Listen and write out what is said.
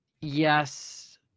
Yes